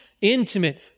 intimate